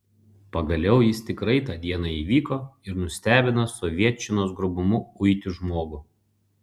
pagaliau jis tikrai tą dieną įvyko ir nustebino sovietčinos grubumu uiti žmogų